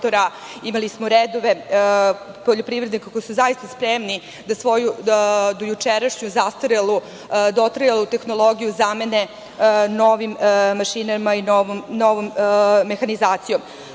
Imali smo redove poljoprivrednika koji su zaista spremni da svoju dojučerašnju zastarelu dotrajalu tehnologiju zamene novim mašinama i novom mehanizacijom. Nagomilani